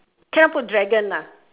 cannot put dragon lah